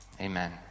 amen